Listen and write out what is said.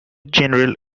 general